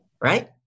Right